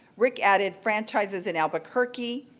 rick added franchises in albuquerque,